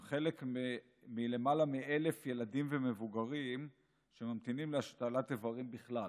הם חלק מלמעלה מ-1,000 ילדים ומבוגרים שממתינים להשתלת איברים בכלל.